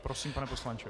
Prosím, pane poslanče.